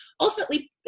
ultimately